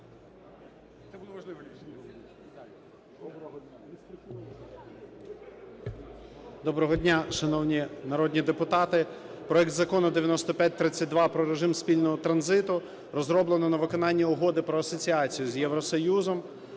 Доброго дня, шановні народні депутати! Проект Закону (9532) про режим спільного транзиту розроблено на виконання Угоди про асоціацію з Євросоюзом